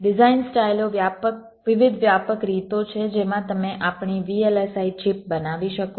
design સ્ટાઇલઓ વિવિધ વ્યાપક રીતો છે જેમાં તમે આપણી VLSI ચિપ બનાવી શકો છો